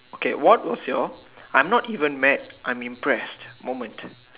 okay what was your I'm not even mad I'm impressed moment